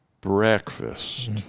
Breakfast